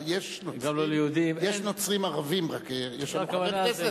יש נוצרים ערבים, יש לנו חבר כנסת